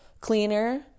cleaner